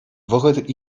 вӑхӑт